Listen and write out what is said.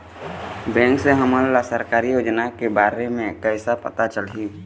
Bank से हमन ला सरकारी योजना के बारे मे कैसे पता चलही?